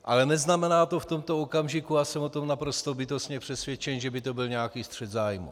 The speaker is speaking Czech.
Ale neznamená to v tomto okamžiku, a jsem o tom naprosto bytostně přesvědčen, že by to byl nějaký střet zájmů.